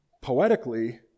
poetically